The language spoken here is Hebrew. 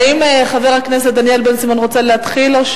האם חבר הכנסת דניאל בן-סימון רוצה להתחיל או,